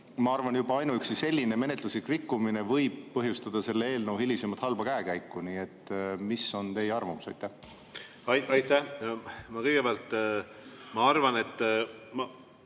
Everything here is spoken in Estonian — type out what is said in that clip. Ma arvan, et juba ainuüksi selline menetluslik rikkumine võib põhjustada selle eelnõu hilisemat halba käekäiku. Mis on teie arvamus? Aitäh, austatud